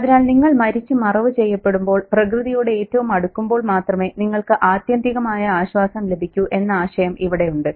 അതിനാൽ നിങ്ങൾ മരിച്ച് മറവുചെയ്യപ്പെടുമ്പോൾ പ്രകൃതിയോട് ഏറ്റവും അടുക്കുമ്പോൾ മാത്രമേ നിങ്ങൾക്ക് ആത്യന്തികമായ ആശ്വാസം ലഭിക്കൂ എന്ന ആശയം ഇവിടെയുണ്ട്